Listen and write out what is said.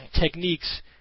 techniques